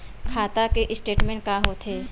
खाता के स्टेटमेंट का होथे?